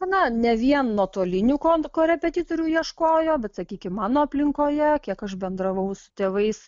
na ne vien nuotolinių kon korepetitorių ieškojo bet sakykim mano aplinkoje kiek aš bendravau su tėvais